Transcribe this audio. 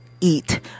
eat